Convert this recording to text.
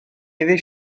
iddi